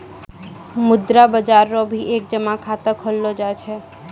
मुद्रा बाजार रो भी एक जमा खाता खोललो जाय छै